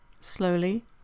Slowly